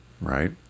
right